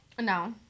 No